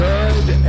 Good